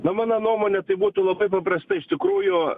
na mano nuomone tai būtų labai paprastai iš tikrųjų